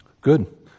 Good